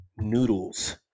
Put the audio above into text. noodles